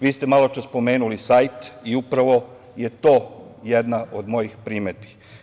Vi ste maločas pomenuli sajt i upravo je to jedna od mojih primedbi.